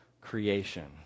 creation